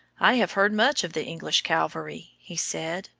i have heard much of the english cavalry, he said,